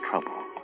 trouble